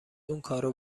اونکارو